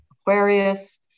Aquarius